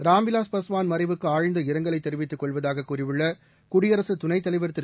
ராம்விலாஸ் பஸ்வான் மறைவுக்கு ஆழ்ந்த இரங்கலை தெரிவித்துக் கொள்வதாக கூறியுள்ள குடியரசுத் துணைத் தலைவர் திரு